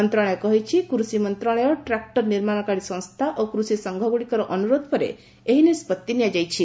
ମନ୍ତ୍ରଶାଳୟ କହିଛି କୃଷି ମନ୍ତ୍ରଣାଳୟ ଟ୍ରାକୁର ନିର୍ମାଣକାରୀ ସଂସ୍ଥା ଏବଂ କୃଷି ସଂଘଗୁଡ଼ିକର ଅନୁରୋଧ ପରେ ଏହି ନିଷ୍ପଭି ନିଆଯାଇଛି